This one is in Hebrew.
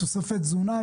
תוספי תזונה.